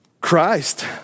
Christ